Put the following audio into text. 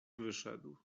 wyszedł